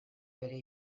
bere